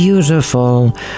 Beautiful